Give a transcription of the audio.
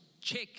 check